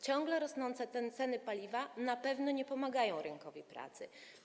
Ciągle rosnące ceny paliwa na pewno nie pomagają rynkowi pracy.